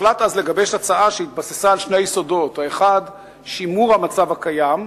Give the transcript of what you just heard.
הוחלט אז לגבש הצעה שהתבססה על שני יסודות: "שימור המצב הקיים,